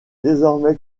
désormais